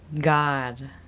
God